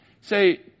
say